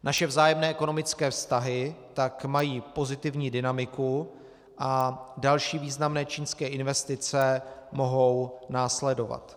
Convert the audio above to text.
Naše vzájemné ekonomické vztahy tak mají pozitivní dynamiku a další významné čínské investice mohou následovat.